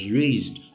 raised